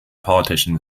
politician